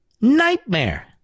Nightmare